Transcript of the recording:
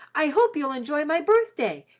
i hope you'll enjoy my birthday,